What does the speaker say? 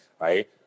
right